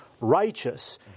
righteous